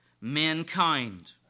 mankind